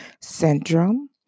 syndrome